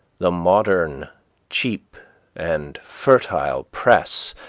the modern cheap and fertile press,